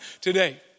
today